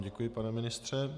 Děkuji vám, pane ministře.